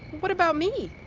what about me?